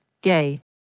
gay